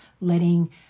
letting